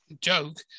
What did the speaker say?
joke